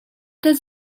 does